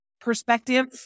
perspective